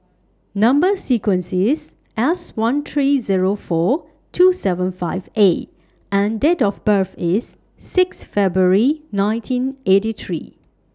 Number sequence IS S one three Zero four two seven five A and Date of birth IS six February nineteen eighty three